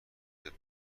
زیاد